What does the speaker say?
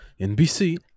NBC